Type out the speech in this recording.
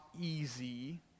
easy